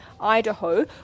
Idaho